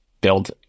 build